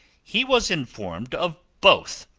he was informed of both,